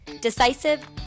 decisive